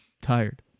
Tired